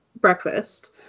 breakfast